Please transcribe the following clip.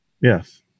Yes